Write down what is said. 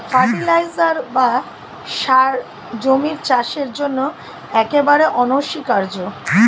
fertiliser বা সার জমির চাষের জন্য একেবারে অনস্বীকার্য